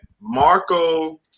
Marco